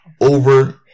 over